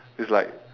it's like